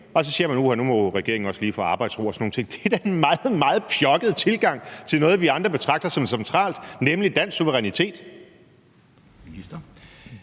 Og så siger man: Uha, nu må regeringen også lige få arbejdsro og sådan nogle ting. Det er da en meget, meget pjokket tilgang til noget, vi andre betragter som centralt, nemlig dansk suverænitet.